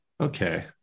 Okay